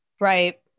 Right